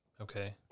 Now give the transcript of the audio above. Okay